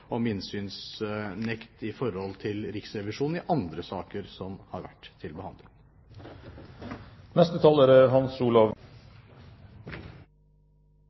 om innsynsnekt i forhold til Riksrevisjonen i andre saker som har vært til behandling. Jeg skal ikke forlenge debatten unødvendig. Saken er